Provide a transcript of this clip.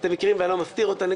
אתם מכירים ואני לא מסתיר אותן.